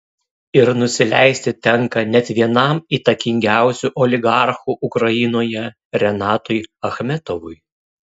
ir nusileisti tenka net vienam įtakingiausių oligarchų ukrainoje renatui achmetovui